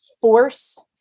force